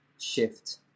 shift